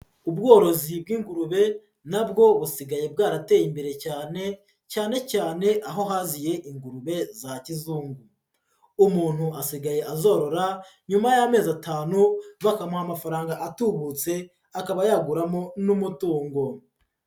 Ubworozi bw'ingurube na bwo busigaye bwarateye imbere cyane, cyane cyane aho haziye ingurube za kizungu. Umuntu asigaye azorora, nyuma y'amezi atanu bakamuha amafaranga atubutse, akaba yaguramo n'umutungo.